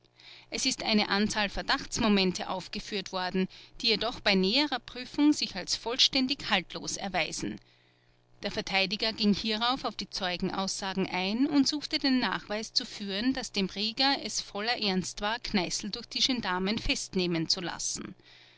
es ist eine anzahl verdachtsmomente aufgeführt worden die jedoch bei näherer prüfung sich als vollständig haltlos erweisen der verteidiger ging hierauf auf die zeugenaussagen ein und suchte den nachweis zu führen daß dem rieger ger es voller ernst war kneißl durch die gendarmen festnehmen zu lassen